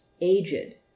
aged